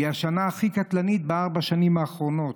היא השנה הכי קטלנית בארבע השנים האחרונות,